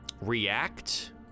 react